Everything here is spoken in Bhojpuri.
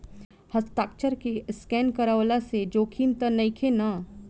हस्ताक्षर के स्केन करवला से जोखिम त नइखे न?